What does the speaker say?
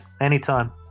anytime